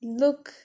look